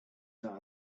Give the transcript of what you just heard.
that